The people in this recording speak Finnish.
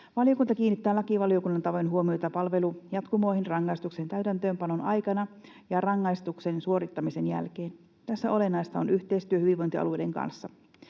Valiokunta kiinnittää lakivaliokunnan tavoin huomiota palvelujatkumoihin rangaistuksen täytäntöönpanon aikana ja rangaistuksen suorittamisen jälkeen. Tässä olennaista on yhteistyö hyvinvointialueiden kanssa.